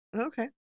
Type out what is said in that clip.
Okay